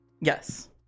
Yes